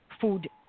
food